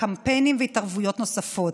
קמפיינים והתערבויות נוספות.